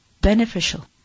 beneficial